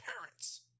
parents